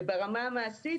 וברמה המעשית,